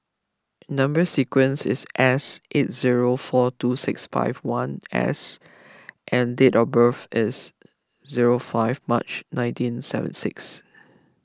Number Sequence is S eight zero four two six five one S and date of birth is zero five March nineteen seventy six